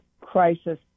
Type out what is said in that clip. crisis